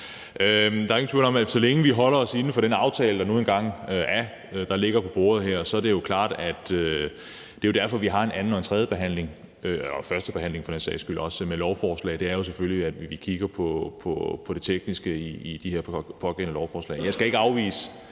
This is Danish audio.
Der er jo ingen tvivl om, at så længe vi holder os inden for den aftale, der nu engang er, og som ligger på bordet her, er det en mulighed. Det er derfor, vi har en anden- og tredjebehandling og for den sags skyld også en førstebehandling af lovforslag. Det er jo selvfølgelig for, at vi kigger på det tekniske i de her pågældende lovforslag. Jeg skal ikke stå